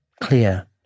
clear